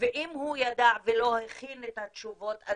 אם הוא ידע והוא לא הכין את התשובות,